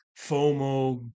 FOMO